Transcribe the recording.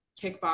kickboxing